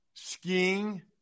Skiing